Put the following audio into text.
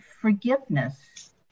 forgiveness